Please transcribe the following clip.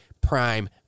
Prime